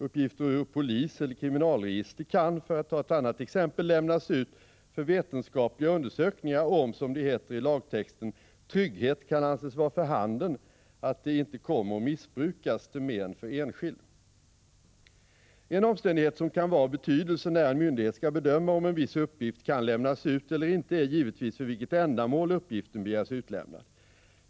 Uppgifter ur poliseller kriminalregister kan, för att ta ett annat exempel, lämnas ut för vetenskapliga undersökningar, om — som det heter i lagtexten — trygghet kan anses vara för handen att det ej kommer att missbrukas till men för enskild. En omständighet som kan vara av betydelse när en myndighet skall bedöma om en viss uppgift kan lämnas ut eller inte är givetvis för vilket ändamål uppgiften begärs utlämnad.